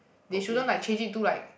they shouldn't like change it too like